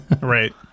Right